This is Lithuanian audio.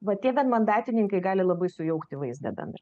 va tie vienmandatininkai gali labai sujaukti vaizdą bendrą